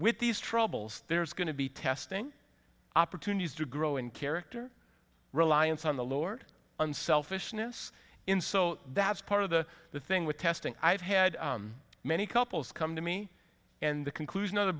with these troubles there's going to be testing opportunities to grow in character reliance on the lord unselfishness in so that's part of the the thing with testing i've had many couples come to me and the conclusion